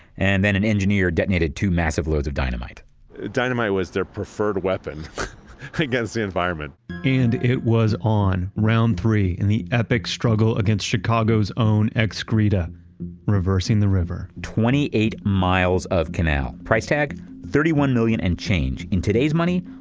and then an engineer detonated two massive loads of dynamite dynamite was their preferred weapon against the environment and it was on. round three, in the epic struggle against chicago's own excreta reversing the river twenty eight miles of canal. price tag thirty one million and change. in today's money,